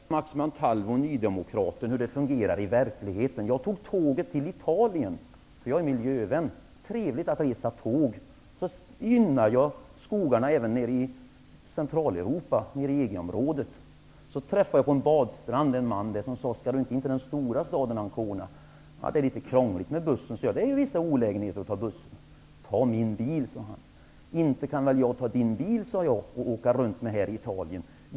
Fru talman! Jag skall berätta för Max Montalvo och Ny demokrati hur det fungerar i verkligheten. Jag tog tåget till Italien, för jag är miljövän. Det är trevligt att resa med tåg. Då gynnar jag skogarna även nere i Centraleuropa, i EG-området. På en badstrand träffade jag en man som frågade: Skall du inte in till den stora staden Ancona? Det är litet krångligt med bussen, sade jag. Det är vissa olägenheter att ta buss. Ta min bil, sade han. Inte kan jag ta din bil, sade jag, och åka runt med här i Italien.